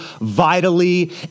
vitally